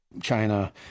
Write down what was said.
China